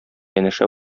янәшә